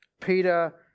Peter